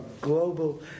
global